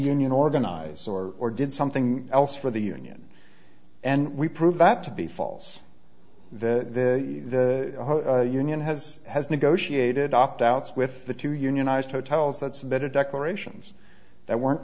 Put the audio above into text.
union organizers or or did something else for the union and we proved that to be false the union has has negotiated opt outs with the two unionized hotels that's better declarations that weren't